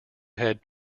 head